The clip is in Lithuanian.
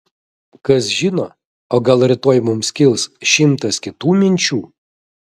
kas žino o gal rytoj mums kils šimtas kitų minčių